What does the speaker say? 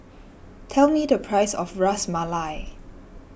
tell me the price of Ras Malai